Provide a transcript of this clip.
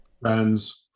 friends